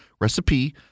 recipe